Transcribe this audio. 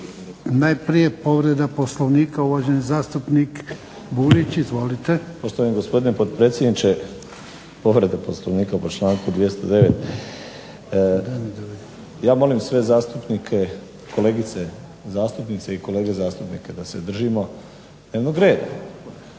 Najprije povreda Poslovnika uvaženi zastupnik Burić. Izvolite. **Burić, Dinko (HDSSB)** Poštovani gospodine potpredsjedniče, povreda Poslovnika po članku 209. Ja molim sve zastupnike, kolegice zastupnice i kolege zastupnike da se držimo dnevnog reda.